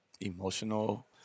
emotional